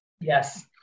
Yes